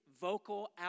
vocal